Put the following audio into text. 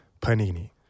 Panini